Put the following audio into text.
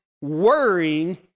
worrying